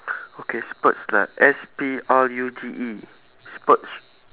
okay spurts like S P R U T E spurts